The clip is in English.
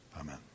Amen